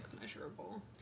measurable